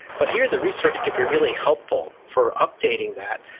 but here the research could be really helpful for updating that.